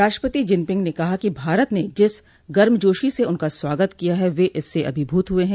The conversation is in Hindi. राष्ट्रपति जिनपिंग ने कहा कि भारत ने जिस गर्मजोशी से उनका स्वागत किया है वे इससे अभिभूत हुए हैं